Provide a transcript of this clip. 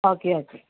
okay okay